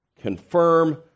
confirm